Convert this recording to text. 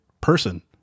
person